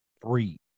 Free